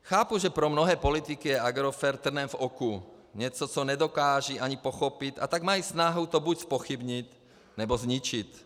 Chápu, že pro mnohé politiky je Agrofert trnem v oku, něco, co nedokážou ani pochopit, a tak mají snahu to buď zpochybnit, nebo zničit.